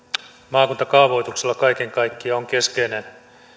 maakuntakaavoituksella kaiken kaikkiaan on keskeinen